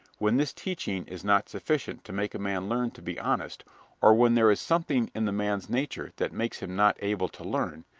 when this teaching is not sufficient to make a man learn to be honest or when there is something in the man's nature that makes him not able to learn,